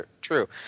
true